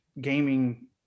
gaming